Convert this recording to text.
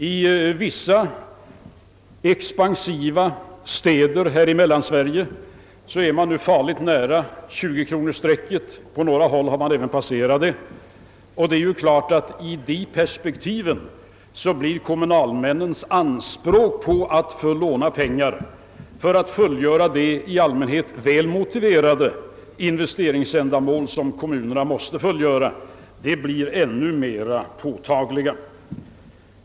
I vissa expansiva städer här i Mellansverige är man nu farligt nära 20-kronorsstrecket och på några håll har man även passerat det. Det är klart att i det perspektivet blir kommunalmännens anspråk på att få låna pengar för att kunna fullgöra de i allmänhet väl motiverade investeringsändamål, som kommunerna måste fullgöra, ännu mera påtagliga.